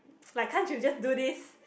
like can't you just do this